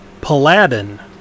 Paladin